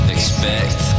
Expect